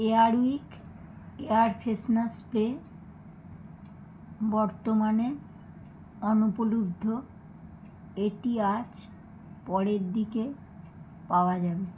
Air Wick air freshener spray বর্তমানে অনুপলব্ধ এটি আজ পরের দিকে পাওয়া যাবে